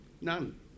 None